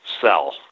Sell